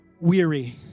weary